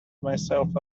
myself